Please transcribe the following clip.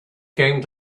came